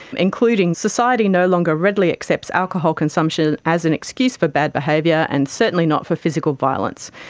including society no longer readily accepts alcohol consumption as an excuse for bad behaviour and certainly not for physical violence,